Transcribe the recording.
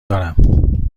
دارم